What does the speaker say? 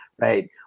right